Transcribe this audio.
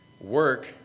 work